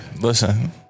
Listen